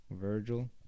Virgil